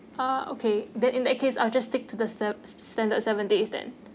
ah okay then in that case I'll just stick to the stand~ standard seven days then